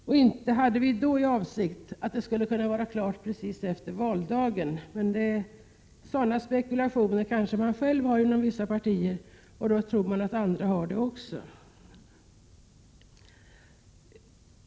Det var alltså inte vår avsikt att det skulle vara klart precis efter valdagen. Men sådana spekulationer har man kanske inom vissa partier, och då tror man att andra också har det.